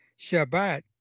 Shabbat